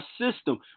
system